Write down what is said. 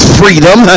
freedom